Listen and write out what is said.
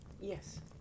Yes